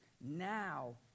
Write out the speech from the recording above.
now